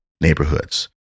neighborhoods